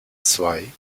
zwei